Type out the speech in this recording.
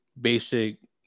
basic